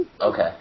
Okay